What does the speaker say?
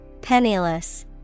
Penniless